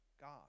god